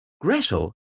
Gretel